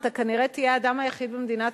אתה כנראה תהיה האדם היחיד במדינת